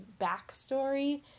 backstory